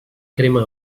crema